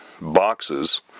boxes